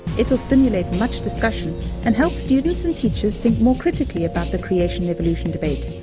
it will stimulate much discussion and help students and teachers think more critically about the creation evolution debate,